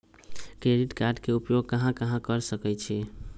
Credit card के उपयोग कहां कहां कर सकईछी?